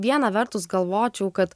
vieną vertus galvočiau kad